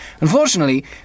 Unfortunately